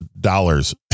dollars